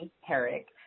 Herrick